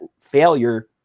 failure